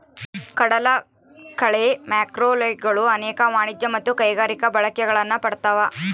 ಕಡಲಕಳೆ ಮ್ಯಾಕ್ರೋಲ್ಗೆಗಳು ಅನೇಕ ವಾಣಿಜ್ಯ ಮತ್ತು ಕೈಗಾರಿಕಾ ಬಳಕೆಗಳನ್ನು ಪಡ್ದವ